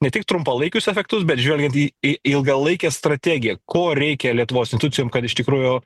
ne tik trumpalaikius efektus bet žvelgiant į į ilgalaikę strategiją ko reikia lietuvos institucijom kad iš tikrųjų